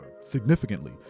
significantly